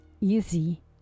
easy